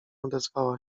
odezwała